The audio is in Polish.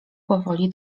powoli